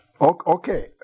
Okay